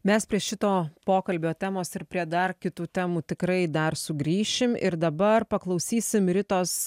mes prie šito pokalbio temos ir prie dar kitų temų tikrai dar sugrįšim ir dabar paklausysim ritos